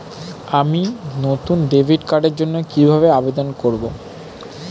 আমি নতুন ডেবিট কার্ডের জন্য কিভাবে আবেদন করব?